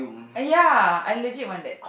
ah ya I legit want that